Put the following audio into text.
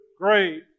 great